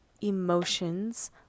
emotions